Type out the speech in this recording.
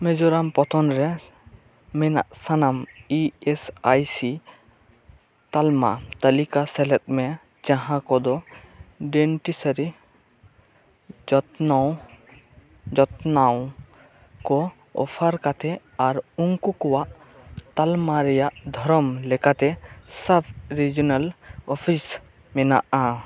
ᱢᱤᱡᱳᱨᱟᱢ ᱯᱚᱱᱚᱛ ᱨᱮ ᱢᱮᱱᱟᱜ ᱥᱟᱱᱟᱢ ᱤ ᱮᱥ ᱟᱭ ᱥᱤ ᱛᱟᱞᱢᱟ ᱛᱟᱞᱤᱠᱟ ᱥᱮᱞᱮᱫᱽ ᱢᱮ ᱡᱟᱦᱟᱸ ᱠᱚᱫᱚ ᱰᱮᱱᱴᱤᱥᱴᱨᱤ ᱡᱚᱛᱱᱚᱣ ᱡᱚᱛᱱᱟᱣ ᱠᱚ ᱚᱯᱷᱟᱨ ᱠᱟᱛᱮᱫ ᱟᱨ ᱩᱱᱠᱩᱣᱟᱜ ᱛᱟᱞᱢᱟ ᱨᱮᱱᱟᱜ ᱫᱷᱚᱨᱚᱱ ᱞᱮᱠᱟᱛᱮ ᱥᱟᱵᱽ ᱨᱮᱡᱤᱭᱳᱱᱮᱞ ᱚᱯᱷᱤᱥ ᱢᱮᱱᱟᱜᱼᱟ